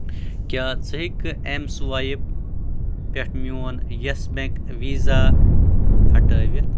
کیٛاہ ژٕ ہٮ۪کٕکھٕ ایٚم سٕوایپ پٮ۪ٹھ میون یَس بیٚنٛک ویٖزا ہٹٲوِتھ